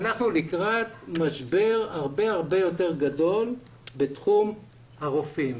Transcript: אנחנו לקראת משבר הרבה יותר גדול בתחום הרופאים.